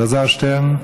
אלעזר שטרן,